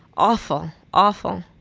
awful, awful.